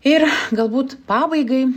ir galbūt pabaigai